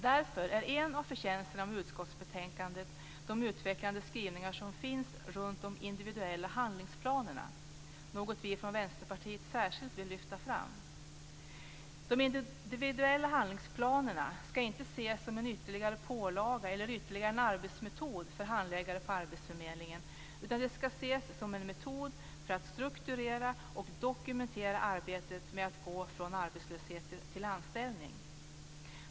Därför är en av utskottsbetänkandets förtjänster just de utvecklande skrivningar som finns kring de individuella handlingsplanerna, något som vi i Vänsterpartiet särskilt vill lyfta fram. De individuella handlingsplanerna ska inte ses som ytterligare en pålaga eller som ytterligare en arbetsmetod för handläggare på arbetsförmedlingen, utan de ska ses som en metod för att strukturera och dokumentera arbetet med att gå från arbetslöshet till anställning.